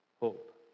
hope